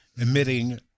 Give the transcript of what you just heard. emitting